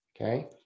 okay